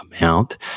amount